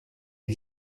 les